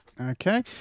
Okay